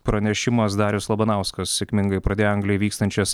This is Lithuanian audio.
pranešimas darius labanauskas sėkmingai pradėjo anglijoj vykstančias